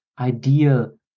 ideal